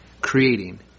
creating